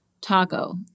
taco